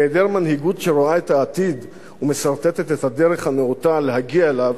בהיעדר מנהיגות שרואה את העתיד ומסרטטת את הדרך הנאותה להגיע אליו,